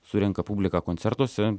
surenka publiką koncertuose